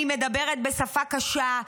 היא מדברת בשפה קשה,